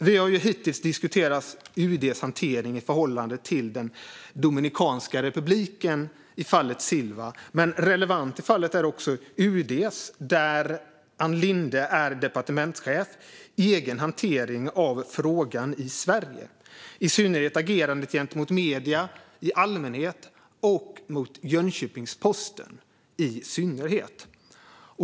Vi har hittills diskuterat UD:s hantering i förhållande till Dominikanska republiken i fallet Silva. Relevant i fallet är också UD:s, där ministern är departementschef, egen hantering av frågan i Sverige. Det gäller i synnerhet agerandet gentemot medierna i allmänhet och mot Jönköpings-Posten i synnerhet.